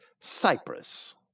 Cyprus